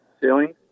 ceiling